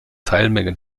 teilmenge